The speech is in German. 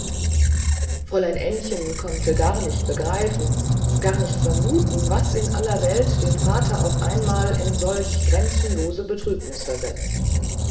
fräulein ännchen konnte gar nicht begreifen gar nicht vermuten was in aller welt den vater auf einmal in solch grenzenlose betrübnis versetzt